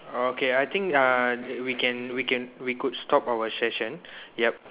oh okay I think uh we can we can we could stop our session yup